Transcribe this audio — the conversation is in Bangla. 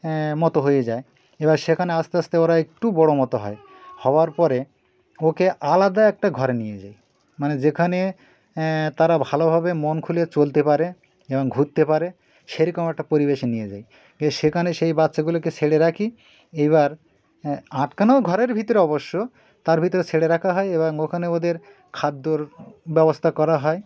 মতো হয়ে যায় এবার সেখানে আস্তে আস্তে ওরা একটু বড় মতো হয় হওয়ার পরে ওকে আলাদা একটা ঘরে নিয়ে যাই মানে যেখানে তারা ভালোভাবে মন খুলে চলতে পারে এবং ঘুরতে পারে সেই রকম একটা পরিবেশে নিয়ে যাই গিয়ে সেখানে সেই বাচ্চাগুলোকে ছেড়ে রাখি এইবার আটকানো ঘরের ভিতরে অবশ্য তার ভিতরে ছেড়ে রাখা হয় এবং ওখানে ওদের খাদ্যর ব্যবস্থা করা হয়